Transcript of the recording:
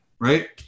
right